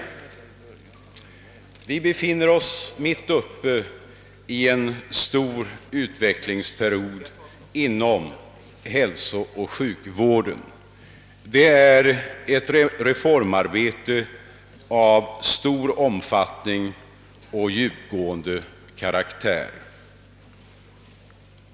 Vi befinner oss mitt uppe i en stor utvecklingsperiod inom hälsooch sjukvården. Detta är ett reformarbete av stor omfattning och djupgående karaktär.